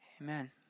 Amen